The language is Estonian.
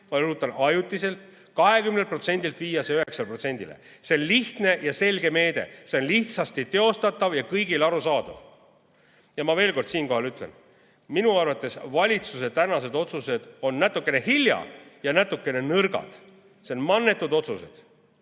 ma rõhutan, ajutiselt – 20%‑lt viia see 9%‑le. See on lihtne ja selge meede, see on lihtsasti teostatav ja kõigile arusaadav. Ma veel kord siinkohal ütlen, et minu arvates valitsuse tänased otsused on natukene hilja ja natukene nõrgad. Need on mannetud otsused.